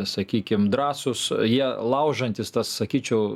sakykim drąsūs jie laužantys tas sakyčiau